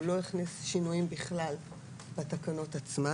הוא לא הכניס שינויים בכלל בתקנות עצמן.